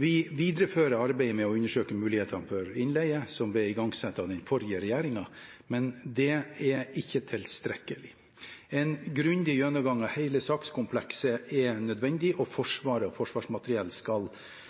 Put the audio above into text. Vi viderefører arbeidet med å undersøke mulighetene for innleie, som ble igangsatt av den forrige regjeringen, men det er ikke tilstrekkelig. En grundig gjennomgang av hele sakskomplekset er nødvendig, og